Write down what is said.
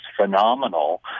phenomenal